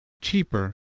cheaper